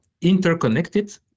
interconnected